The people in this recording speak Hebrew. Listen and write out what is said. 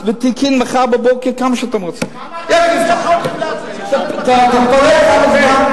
מערכת הבריאות כמו שאתה מגן על תלמידי ישיבות.